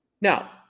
Now